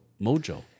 mojo